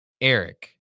Eric